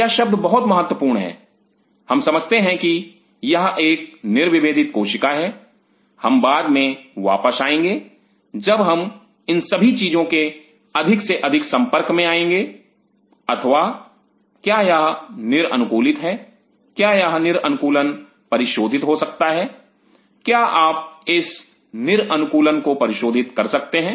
यह शब्द बहुत महत्वपूर्ण हैं हम समझते हैं कि यह एक निर्विभेदित कोशिका है हम बाद में वापस आएंगे जब हम इन सभी चीजों के अधिक से अधिक संपर्क में आएंगे अथवा क्या यह निर अनुकूलित है क्या यह निर अनुकूलन परिशोधित हो सकता है क्या आप इस निर अनुकूलन को परिशोधित कर सकते हैं